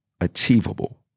achievable